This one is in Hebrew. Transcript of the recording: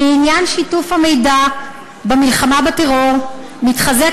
בעניין שיתוף המידע במלחמה בטרור מתחזק